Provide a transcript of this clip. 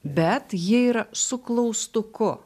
bet jie yra su klaustuku